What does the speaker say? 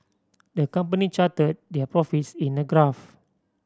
the company charted their profits in a graph